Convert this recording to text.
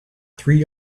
three